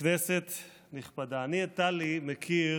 כנסת נכבדה, אני את טלי מכיר